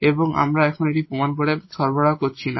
এবং আমরা এখন আবার প্রমাণ সরবরাহ করছি না